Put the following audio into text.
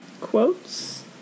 Quotes